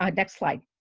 um next slide.